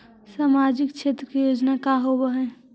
सामाजिक क्षेत्र के योजना का होव हइ?